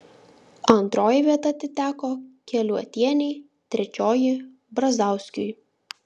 antroji vieta atiteko keliuotienei trečioji brazauskiui